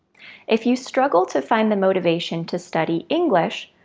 if you struggle to find the motivation to study english,